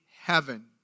heaven